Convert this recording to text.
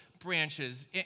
branches